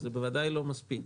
זה בוודאי לא מספיק,